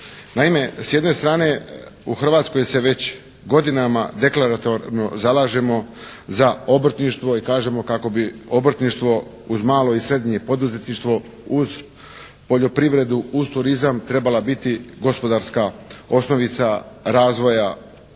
Naime, s jedne strane u Hrvatskoj se već godinama deklaratorno zalažemo za obrtništvo i kažemo kako bi obrtništvo uz malo i srednje poduzetništvo, uz poljoprivredu, uz turizam trebala biti gospodarska osnovica razvoja naše